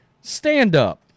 stand-up